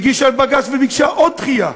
והגישה לבג"ץ, וביקשה עוד דחייה,